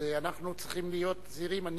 אז אנחנו צריכים להיות זהירים.